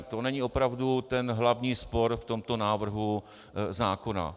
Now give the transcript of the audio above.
To není opravdu ten hlavní spor v tomto návrhu zákona.